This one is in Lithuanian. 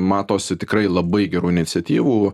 matosi tikrai labai gerų iniciatyvų